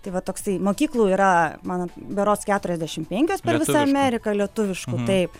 tai va toksai mokyklų yra mano berods keturiasdešimt penkios per visą ameriką lietuviškų taip